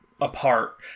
apart